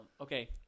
Okay